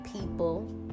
People